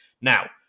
Now